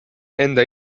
enda